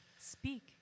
Speak